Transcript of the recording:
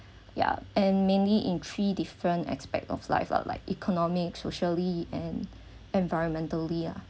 yeah and mainly in three different aspect of life are like economic socially and environmentally lah